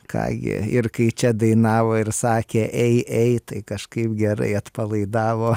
ką jie ir kai čia dainavo ir sakė ei ei tai kažkaip gerai atpalaidavo